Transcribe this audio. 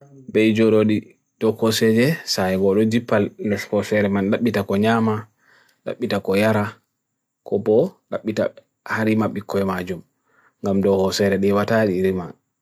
Beijo rodi doko seje, sae golu jipal nesko sere man, dapita ko nyama, dapita ko yara, ko po, dapita harima bi ko yama ajum, gam doko sere di watadi irima.